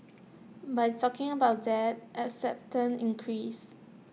by talking about that acceptance increased